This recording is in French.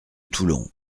toulon